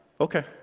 Okay